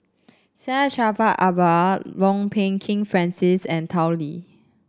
Syed Jaafar Albar Kwok Peng Kin Francis and Tao Li